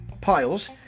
Piles